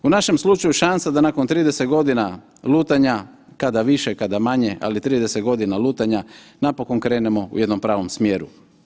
U našem slučaju šansa da nakon 30 godina lutanja, kada više, kada manje, ali 30 godina lutanja, napokon krenemo u jednom pravom smjeru.